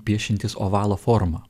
piešiantys ovalo formą